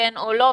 כן או לא,